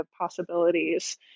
possibilities